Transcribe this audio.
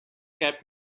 kept